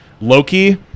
Loki